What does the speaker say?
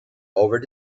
over